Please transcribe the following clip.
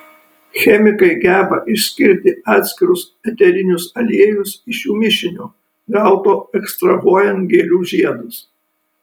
chemikai geba išskirti atskirus eterinius aliejus iš jų mišinio gauto ekstrahuojant gėlių žiedus